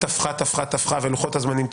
ולוחות הזמנים,